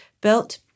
built